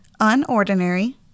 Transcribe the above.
Unordinary